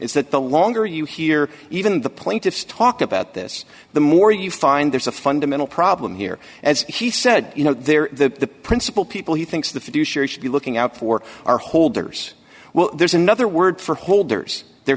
is that the longer you hear even the plaintiffs talk about this the more you find there's a fundamental problem here as he said you know they're the principle people who thinks the fiduciary should be looking out for our holders well there's another word for holders their